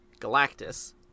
Galactus